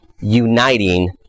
uniting